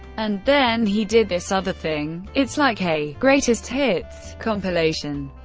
and then he did this other thing it's like a greatest hits compilation.